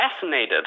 fascinated